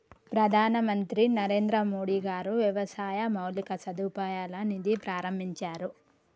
ప్రధాన మంత్రి నరేంద్రమోడీ గారు వ్యవసాయ మౌలిక సదుపాయాల నిధి ప్రాభించారు